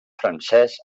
francès